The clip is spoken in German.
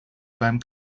beim